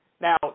Now